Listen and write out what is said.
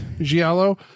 giallo